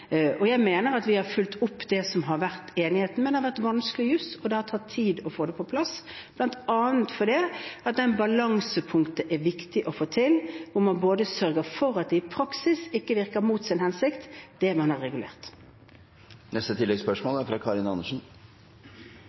Jeg mener at vi har fulgt opp det som har vært enigheten, men det har vært vanskelig jus, og det har tatt tid å få det på plass bl.a. fordi det er viktig å få til det balansepunktet hvor man sørger for at det man har regulert, i praksis ikke virker mot sin hensikt.